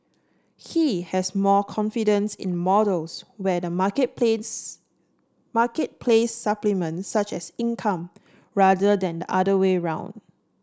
he has more confidence in models where the marketplace marketplace supplements such income rather than the other way around